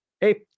Hey